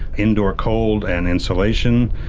indoor cold and installation,